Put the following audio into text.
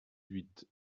huit